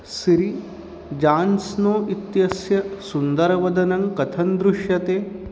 सिरि जान्स्नो इत्यस्य सुन्दरवदनं कथं दृश्यते